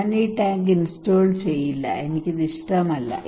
ഞാൻ ഈ tank install ചെയ്യില്ല എനിക്ക് ഇത് ഇഷ്ടമല്ല